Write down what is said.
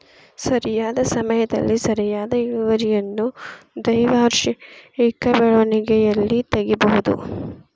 ಸರಿಯಾದ ಸಮಯದಲ್ಲಿ ಸರಿಯಾದ ಇಳುವರಿಯನ್ನು ದ್ವೈವಾರ್ಷಿಕ ಬೆಳೆಗಳಲ್ಲಿ ತಗಿಬಹುದು